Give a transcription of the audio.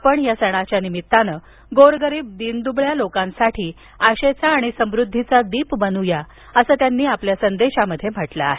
आपण या सणाच्या निमित्तानं गोरगरीब दीनदुबळ्या लोकांसाठी आशेचा समुद्धीचा दीप बनू या असं त्यांनी आपल्या संदेशात म्हटलं आहे